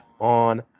on